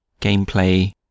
gameplay